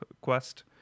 quest